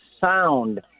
sound –